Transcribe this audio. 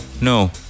no